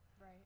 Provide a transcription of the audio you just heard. Right